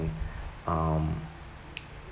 um